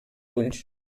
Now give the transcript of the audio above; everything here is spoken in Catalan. ulls